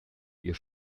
ihr